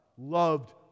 loved